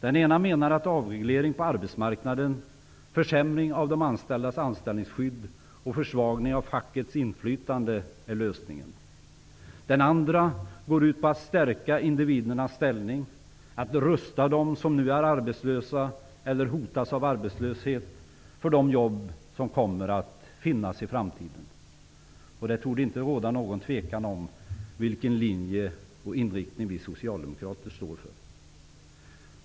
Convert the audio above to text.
Den ena menar att avreglering av arbetsmarknaden, försämring av de anställdas anställningsskydd och försvagning av fackets inflytande är lösningen. Den andra går ut på att stärka individernas ställning, att rusta dem som nu är arbetslösa eller hotas av arbetslöshet för de jobb som kommer att finnas. Det torde inte råda någon tvekan om vilken inriktning vi socialdemokrater står för.